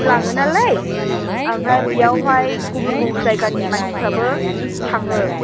लाङोनालाय ओमफ्राय बेयावहाय गुबुन गुबुन जायगानि मानसिफ्राबो थाङो